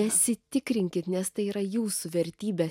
nesitikrinkit nes tai yra jūsų vertybė